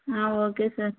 okay sir